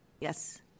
Yes